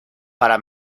para